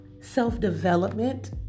self-development